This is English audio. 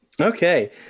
Okay